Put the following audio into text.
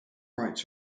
rights